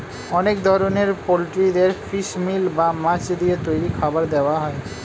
অনেক ধরনের পোল্ট্রিদের ফিশ মিল বা মাছ দিয়ে তৈরি খাবার দেওয়া হয়